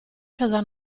casa